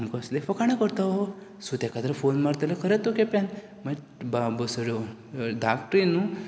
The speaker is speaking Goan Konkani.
आमकां दिसलें फकाणां करता हो सो तेका तर फोन मार जाल्यार खरेंच तो केप्यां मागीर भाक बसयलो धाक ट्रेन न्हू